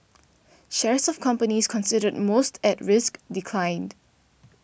shares of companies considered most at risk declined